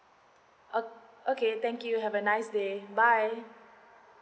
o~ okay thank you have a nice day bye